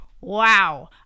wow